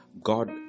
God